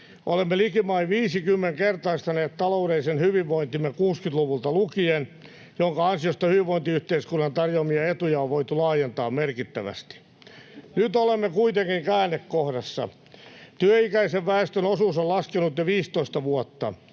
Olemme likimain viisikymmenkertaistaneet taloudellisen hyvinvointimme 60-luvulta lukien, minkä ansiosta hyvinvointiyhteiskunnan tarjoamia etuja on voitu laajentaa merkittävästi. Nyt olemme kuitenkin käännekohdassa. Työikäisen väestön osuus on laskenut jo 15 vuotta.